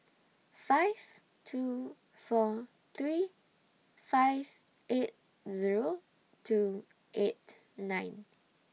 five two four three five eight Zero two eight nine